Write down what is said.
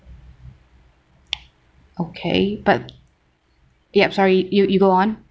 okay but yup sorry you you go on